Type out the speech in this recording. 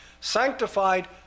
sanctified